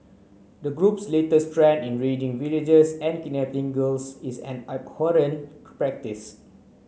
the group's latest trend in raiding villages and kidnapping girls is an abhorrent practice